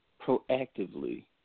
proactively